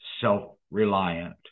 self-reliant